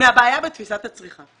מהבעיה בתפיסת הצריכה.